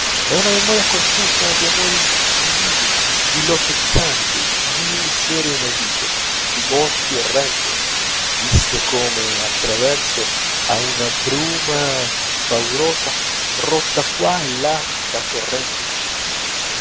e una memoria confusa di amori divini di lotte titaniche di miserie inaudite di morti orrende viste come a traverso a una bruma paurosa rotta qua e là da torrenti di luce